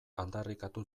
aldarrikatu